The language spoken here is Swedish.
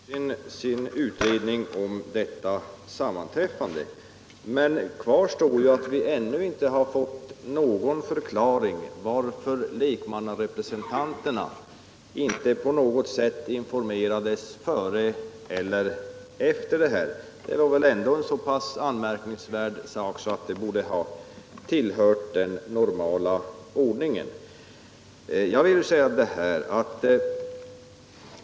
Herr talman! JO har avslutat sin utredning om detta sammanträffande, men kvar står att vi ännu inte fått någon förklaring till varför lekmannarepresentanterna inte på något sätt informerades före eller efter sammanträffandet. Det borde väl ha tillhört den normala ordningen när det gäller något så pass anmärkningsvärt.